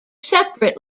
separate